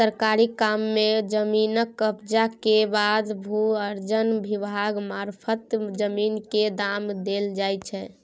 सरकारी काम मे जमीन कब्जा केर बाद भू अर्जन विभाग मारफत जमीन केर दाम देल जाइ छै